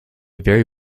very